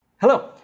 Hello